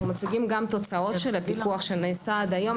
אנחנו מציגים גם תוצאות של הפיקוח שנעשה עד היום,